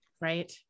Right